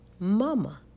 Mama